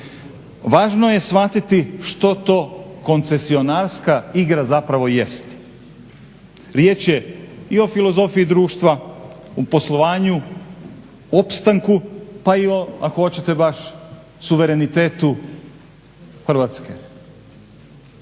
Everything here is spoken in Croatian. Važno je što to koncesionarska igra zapravo jest. Riječ je i o filozofiji društva, u poslovanju, opstanku, pa i ako hoćete baš suverenitetu Hrvatske.